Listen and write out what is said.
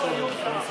במקום איוב קרא.